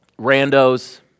randos